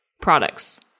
products